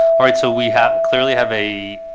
all right, so we have clearly have a